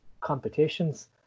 competitions